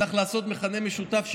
צריך לעשות מכנה משותף שישיות,